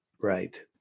Right